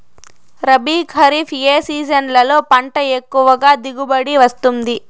రబీ, ఖరీఫ్ ఏ సీజన్లలో పంట ఎక్కువగా దిగుబడి వస్తుంది